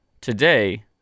today